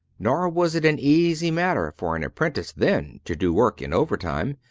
nor was it an easy matter for an apprentice then to do work in over-time,